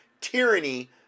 tyranny